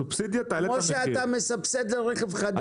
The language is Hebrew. כפי שאתה מסבסד לרכב חדש.